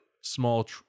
small